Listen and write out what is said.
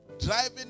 driving